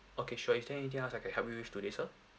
okay sure is there anything else I can help you with today sir